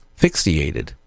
fixated